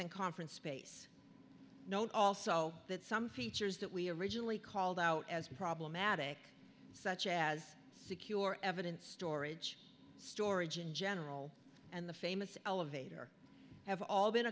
and conference space note also that some features that we originally called out as problematic such as secure evidence storage storage in general and the famous elevator have all been